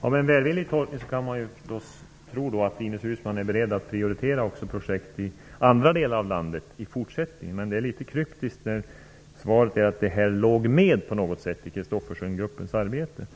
Fru talman! För att göra en välvillig tolkning vill jag säga att man kan hoppas att Ines Uusmann är beredd att i fortsättningen prioritera också projekt i andra delar av landet. Svaret är emellertid litet kryptisk på den punkten i den meningen att det här på något sätt skulle finnas med i Christophersengruppens arbete.